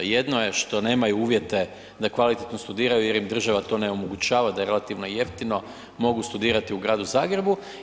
Jedno je što nemaju uvjete da kvalitetno studiraju jer im država to ne omogućava, da je relativno jeftino mogu studirati u gradu Zagrebu.